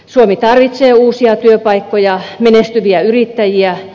suomi tarvitsee uusia työpaikkoja menestyviä yrittäjiä